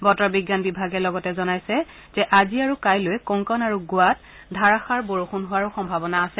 বতৰ বিজ্ঞান বিভাগে লগতে জনাইছে যে আজি আৰু কাইলৈ কংকন আৰু গোৱাল ধাৰাষাৰ বৰষুণ পৰাৰ সম্ভাৱনা আছে